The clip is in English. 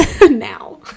Now